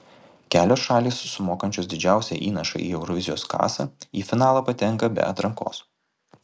kelios šalys sumokančios didžiausią įnašą į eurovizijos kasą į finalą patenka be atrankos